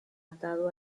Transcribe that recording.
atado